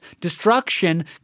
destruction